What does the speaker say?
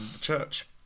church